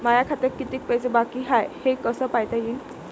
माया खात्यात कितीक पैसे बाकी हाय हे कस पायता येईन?